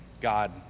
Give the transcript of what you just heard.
God